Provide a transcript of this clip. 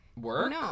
Work